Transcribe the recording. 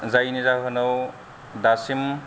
जायनि जाहोनआव दासिम